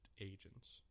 agents